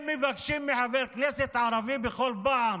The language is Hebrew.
הם מבקשים מחבר כנסת ערבי בכל פעם